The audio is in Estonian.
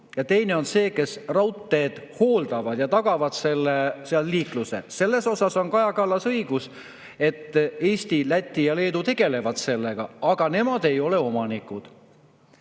ja teine on see, kes raudteed hooldavad ja tagavad seal liikluse. Selles osas on Kaja Kallasel õigus, et Eesti, Läti ja Leedu tegelevad sellega, aga nemad ei ole omanikud. Nii